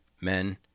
men